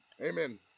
Amen